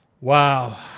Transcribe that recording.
Wow